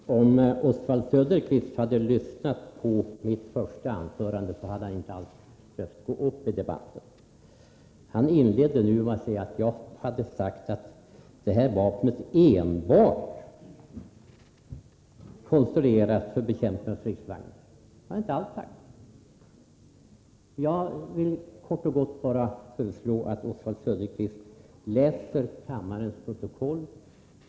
Herr talman! Om Oswald Söderqvist hade lyssnat på mitt första anförande, hade han inte behövt gå upp i debatten. Oswald Söderqvist inledde med att påstå att jag hade sagt att vapnet konstruerats enbart för bekämpning av stridsvagnar. Det har jag inte alls sagt. Jag vill kort och gott föreslå att Oswald Söderqvist läser kammarens protokoll.